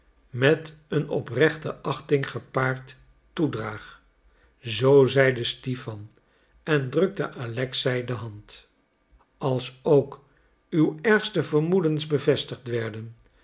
met een oprechte achting gepaard toedraag zoo zeide stipan en drukte alexei de hand als ook uw ergste vermoedens bevestigd werden